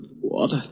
Water